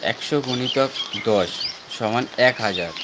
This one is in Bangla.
একশো গুণিতক দশ সমান এক হাজার